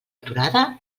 aturada